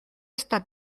esta